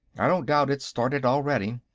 i don't doubt it's started already.